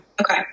Okay